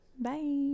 Bye